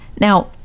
Now